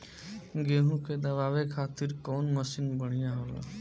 गेहूँ के दवावे खातिर कउन मशीन बढ़िया होला?